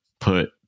put